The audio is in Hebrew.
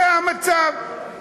זה המצב.